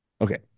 Okay